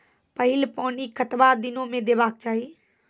पहिल पानि कतबा दिनो म देबाक चाही?